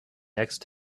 next